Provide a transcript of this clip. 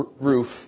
roof